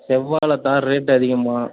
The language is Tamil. செவ்வாழை தார் ரேட்டு அதிகம்மா